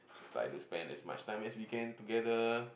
like to spend as much time as we can together